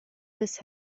this